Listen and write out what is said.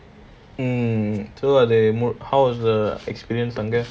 mm so how was the experience அங்க:anga